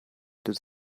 deux